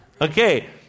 Okay